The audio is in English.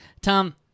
Tom